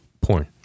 porn